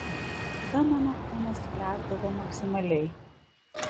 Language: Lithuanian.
tada mano kūnas sklęsdavo maksimaliai